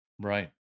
Right